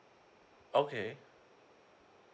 okay